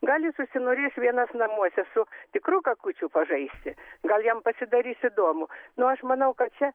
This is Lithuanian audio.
gal jis užsinorės vienas namuose su tikru kakučiu pažaisti gal jam pasidarys įdomu nu aš manau kad čia